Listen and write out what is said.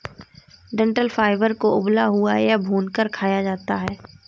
डंठल फाइबर को उबला हुआ या भूनकर खाया जाता है